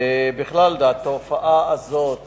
ובכלל התופעה הזאת